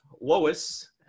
Lois